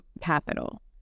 capital